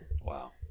Wow